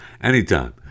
Anytime